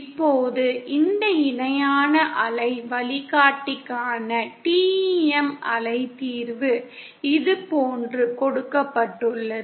இப்போது இந்த இணையான அலை வழிகாட்டிக்கான TEM அலை தீர்வு இதுபோன்று கொடுக்கப்பட்டுள்ளது